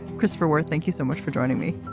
christopher werth thank you so much for joining me.